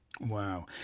Wow